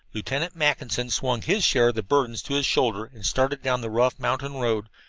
lieutenant mackinson swung his share of the burdens to his shoulder and started down the rough mountain road,